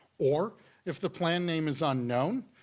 or if the plan name is unknown,